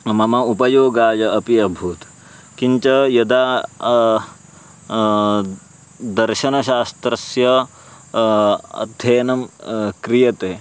मम उपयोगाय अपि अभूत् किं च यदा दर्शनशास्त्रस्य अध्ययनं क्रियते